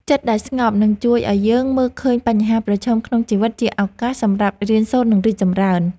ចិត្តដែលស្ងប់នឹងជួយឱ្យយើងមើលឃើញបញ្ហាប្រឈមក្នុងជីវិតជាឱកាសសម្រាប់រៀនសូត្រ និង រីកចម្រើន។